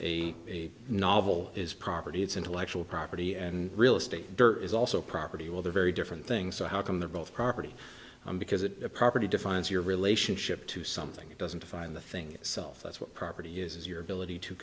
a novel is property it's intellectual property and real estate dirt is also property well they're very different things so how come they're both property because it a property defines your relationship to something it doesn't define the thing itself that's what property is your ability to